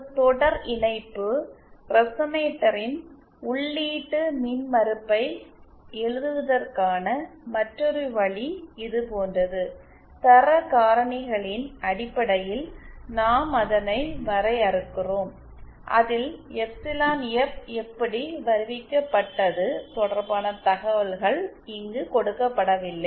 ஒரு தொடர் இணைப்பு ரெசனேட்டரின் உள்ளீட்டு மின்மறுப்பை எழுதுவதற்கான மற்றொரு வழி இது போன்றது தரக் காரணிகளின் அடிப்படையில் நாம் அதனை வரையறுக்கிறோம் அதில் எப்சிலன் எஃப் எப்படி வருவிக்கப்பட்டது தொடர்பான தகவல்கள் இங்கு கொடுக்கப்படவில்லை